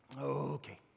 Okay